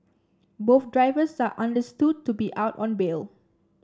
both drivers are understood to be out on bail